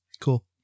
Cool